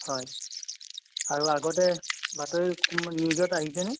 হয় আৰু আগতে বাতৰি নিউজত আহিছেনে